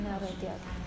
nėra tiek